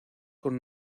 con